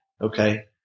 Okay